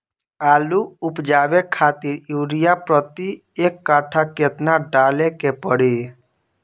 आलू उपजावे खातिर यूरिया प्रति एक कट्ठा केतना डाले के पड़ी?